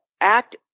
act